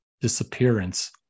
disappearance